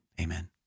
Amen